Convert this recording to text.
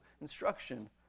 instruction